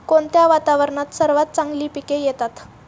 कोणत्या वातावरणात सर्वात चांगली पिके येतात?